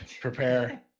prepare